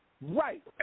Right